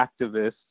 activists